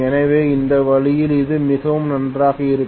எனவே இந்த வழியில் இது மிகவும் நன்றாக இருக்கும்